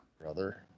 Brother